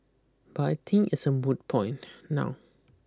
but I think it's a moot point now